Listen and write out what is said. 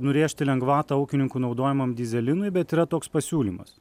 nurėžti lengvatą ūkininkų naudojamam dyzelinui bet yra toks pasiūlymas